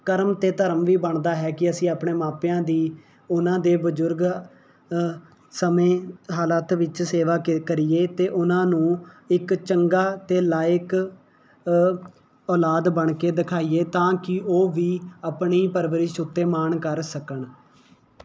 ਕਰਮ ਅਤੇ ਧਰਮ ਵੀ ਬਣਦਾ ਹੈ ਕਿ ਅਸੀਂ ਆਪਣੇ ਮਾਪਿਆਂ ਦੀ ਉਹਨਾਂ ਦੇ ਬਜ਼ੁਰਗ ਸਮੇਂ ਹਾਲਾਤ ਵਿੱਚ ਸੇਵਾ ਕ ਕਰੀਏ ਅਤੇ ਉਨ੍ਹਾਂ ਨੂੰ ਇੱਕ ਚੰਗਾ ਅਤੇ ਲਾਇਕ ਔਲਾਦ ਬਣ ਕੇ ਦਿਖਾਈਏ ਤਾਂ ਕਿ ਉਹ ਵੀ ਆਪਣੀ ਪਰਵਰਿਸ਼ ਉੱਤੇ ਮਾਣ ਕਰ ਸਕਣ